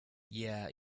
yeah